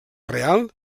real